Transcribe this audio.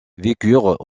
vécurent